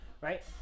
right